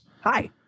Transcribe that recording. Hi